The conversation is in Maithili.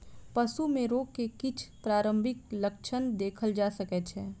पशु में रोग के किछ प्रारंभिक लक्षण देखल जा सकै छै